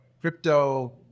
crypto